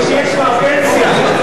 למי שיש כבר פנסיה,